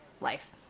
life